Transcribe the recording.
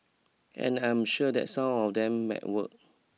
and I am sure that some of them might work